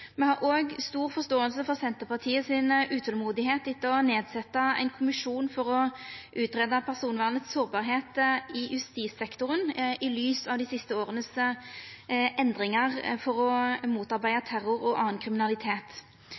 Me har òg stor forståing for Senterpartiets utolmod etter å setja ned ein kommisjon for å greia ut personvernets sårbarheit i justissektoren i lys av dei siste åras endringar for å motarbeida terror og annan kriminalitet.